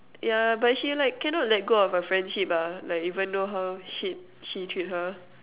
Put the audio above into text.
yeah but she like cannot let go of her friendship ah like even though how she she treat her